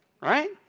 right